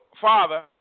Father